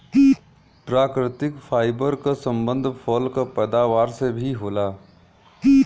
प्राकृतिक फाइबर क संबंध फल क पैदावार से भी होला